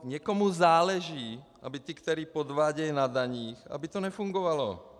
Někomu záleží, aby ti, kteří podvádějí na daních, aby to nefungovalo.